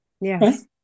Yes